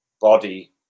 body